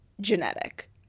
genetic